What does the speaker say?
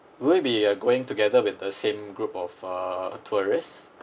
will it be uh going together with the same group of uh tourists